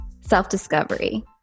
self-discovery